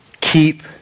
keep